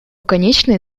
конечная